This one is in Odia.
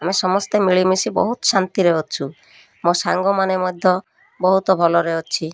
ଆମେ ସମସ୍ତେ ମିଳିମିଶି ବହୁତ ଶାନ୍ତିରେ ଅଛୁ ମୋ ସାଙ୍ଗମାନେ ମଧ୍ୟ ବହୁତ ଭଲରେ ଅଛି